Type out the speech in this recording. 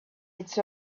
its